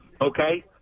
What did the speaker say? okay